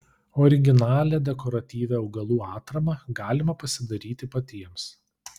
originalią dekoratyvią augalų atramą galima pasidaryti patiems